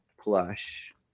plush